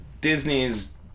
Disney's